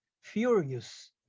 furious